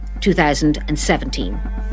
2017